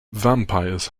vampires